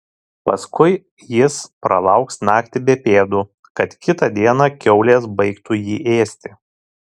paskui jis pralauks naktį be pėdų kad kitą dieną kiaulės baigtų jį ėsti